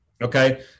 Okay